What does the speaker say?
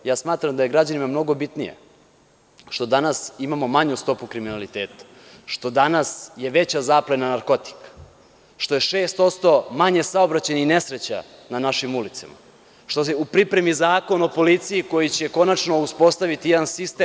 Ja smatram da je građanima mnogo bitnija što danas imamo manju stopu kriminaliteta, što je danas veća zaplena narkotika, što je 6% manje saobraćajnih nesreća na našim ulicama, što je u pripremi zakon o policiji koji će konačno uspostaviti jedan sistem…